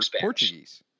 Portuguese